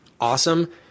awesome